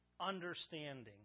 understanding